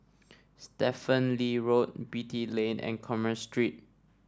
Stephen Lee Road Beatty Lane and Commerce Street